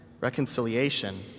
reconciliation